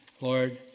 Lord